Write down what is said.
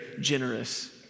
generous